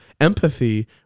empathy